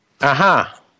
Aha